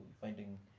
finding